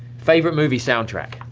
favorite movie soundtrack?